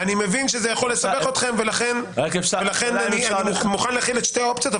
אני מבין שזה יכול לסבך אתכם ולכן אני מוכן להכין את שתי האופציות,